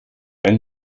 ein